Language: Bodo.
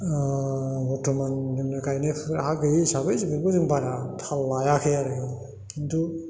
बर्थ'मान जोंनि गायनाय फुनाय हा गैयै हिसाबै जों बेफोरखौ बारा थाल लायाखै आरो खिन्तु